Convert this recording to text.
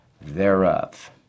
thereof